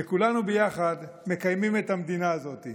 וכולנו ביחד מקיימים את המדינה הזאת.